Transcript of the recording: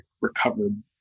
recovered